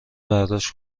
برداشت